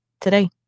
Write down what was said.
today